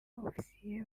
ofisiye